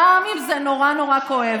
גם אם זה נורא נורא כואב,